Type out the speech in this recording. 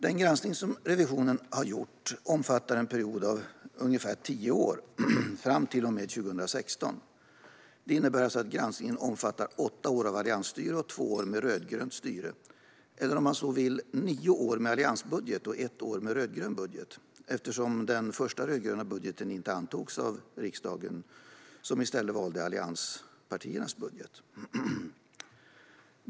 Den granskning som Riksrevisionen har gjort omfattar en period av ungefär tio år fram till och med 2016. Det innebär alltså att granskningen omfattar åtta år med alliansstyre och två år med rödgrönt styre eller, om man så vill, nio år med alliansbudget och ett år med rödgrön budget eftersom den första rödgröna budgeten inte antogs av riksdagen, som i stället valde allianspartiernas budget.